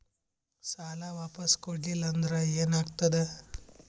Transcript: ಸಾಲ ವಾಪಸ್ ಕೊಡಲಿಲ್ಲ ಅಂದ್ರ ಏನ ಆಗ್ತದೆ?